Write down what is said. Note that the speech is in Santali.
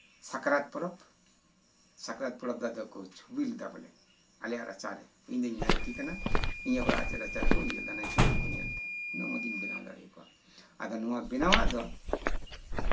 ᱥᱟᱠᱨᱟᱛ ᱯᱚᱨᱚᱵ ᱥᱟᱠᱨᱟᱛ ᱯᱚᱨᱚᱵ ᱫᱚ ᱟᱫᱚ ᱠᱚ ᱪᱷᱚᱵᱤ ᱞᱮᱫᱟ ᱵᱚᱞᱮ ᱟᱞᱮᱭᱟᱜ ᱨᱟᱪᱟ ᱨᱮ ᱤᱧ ᱫᱚᱧ ᱱᱟᱭᱠᱮ ᱠᱟᱱᱟ ᱤᱧᱟᱹᱜ ᱚᱲᱟᱜ ᱨᱟᱪᱟ ᱨᱮ ᱠᱚ ᱤᱭᱟᱹ ᱠᱚ ᱚᱱᱮ ᱪᱷᱚᱵᱤ ᱠᱚ ᱧᱮᱞ ᱛᱟᱦᱮᱸᱫ ᱩᱱᱟᱹᱜ ᱢᱚᱸᱡᱤᱧ ᱵᱮᱱᱟᱣ ᱫᱟᱲᱮᱭᱟᱠᱚᱣᱟ ᱟᱫᱚ ᱱᱚᱶᱟ ᱵᱮᱱᱟᱣᱟᱜ ᱫᱚ